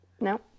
No